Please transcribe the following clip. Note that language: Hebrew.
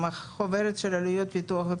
גם את החוברת של עלויות הפיתוח.